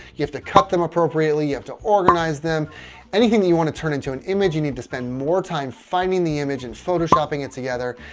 you have to cut them appropriately. you have to organize them anything you you want to turn into an image. you need to spend more time finding the image and photoshopping it together.